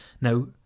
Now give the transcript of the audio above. Now